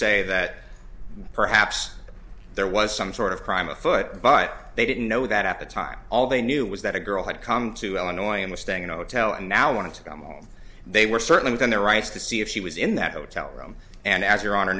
say that perhaps there was some sort of crime afoot but they didn't know that at the time all they knew was that a girl had come to illinois and was staying in a hotel and now want to come on they were certainly within their rights to see if she was in that hotel room and as